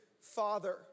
father